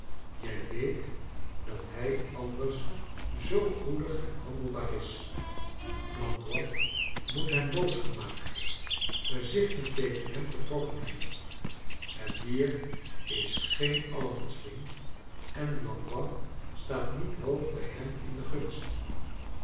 je weet dat hij anders zoo goedig en handelbaar is blaoidois moot hem boos gemaakt gezichten tegen hem getrokken hebben het dier is geen allemansvriend en blandois staat niet hoog bij hem in de gunst